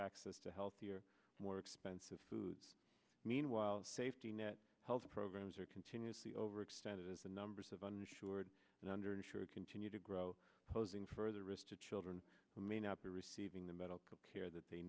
access to healthier more expensive food meanwhile safety net health programs are continuously overextended as the numbers of uninsured and under insured continue to grow posing further risks to children who may not be receiving the medical care that they